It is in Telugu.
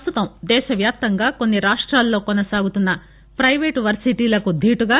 పస్తుతం దేశవ్యాప్తంగా కొన్ని రాష్ట్రాల్లో కొనసాగుతున్న పైవేటు వర్సిటీలకు దీటుగా